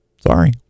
sorry